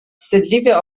wstydliwie